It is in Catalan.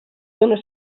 dóna